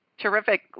Terrific